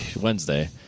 Wednesday